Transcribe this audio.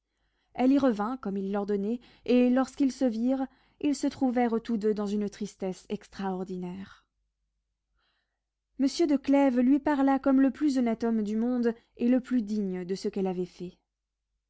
elle y revint comme il l'ordonnait et lorsqu'ils se virent ils se trouvèrent tous deux dans une tristesse extraordinaire monsieur de clèves lui parla comme le plus honnête homme du monde et le plus digne de ce qu'elle avait fait